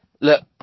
look